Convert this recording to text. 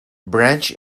branch